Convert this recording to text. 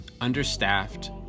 understaffed